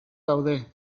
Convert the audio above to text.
daude